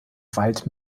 wald